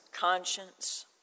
conscience